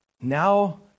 Now